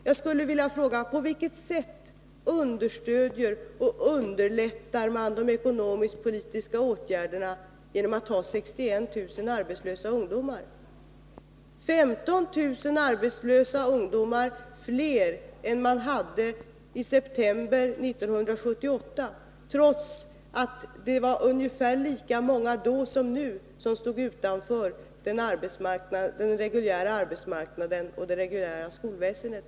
Jag skulle vilja fråga: På vilket sätt understödjer och underlättar man de ekonomiskpolitiska åtgärderna genom att ha 61 000 ungdomar arbetslösa? Det är 15 000 arbetslösa ungdomar fler än man hade i september 1978, trots att det var ungefär lika många då som nu som stod utanför den reguljära arbetsmarknaden och det reguljära skolväsendet.